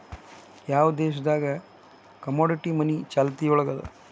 ಯಾವ್ ದೇಶ್ ದಾಗ್ ಈ ಕಮೊಡಿಟಿ ಮನಿ ಚಾಲ್ತಿಯೊಳಗದ?